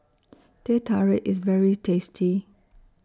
Teh Tarik IS very tasty